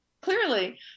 Clearly